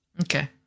Okay